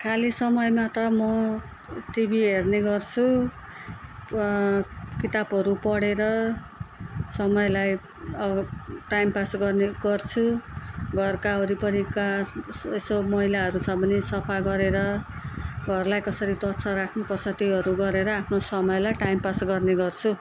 खाली समयमा त म टिभी हेर्ने गर्छु किताबहरू पढेर समयलाई टाइमपास गर्ने गर्छु घरका ओरिपरीका स यसो मैलाहरू छ भने सफा गरेर घरलाई कसरी स्वच्छ राख्नुपर्छ त्योहरू गरेर आफ्नो समयलाई टाइमपास गर्ने गर्छु